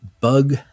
bug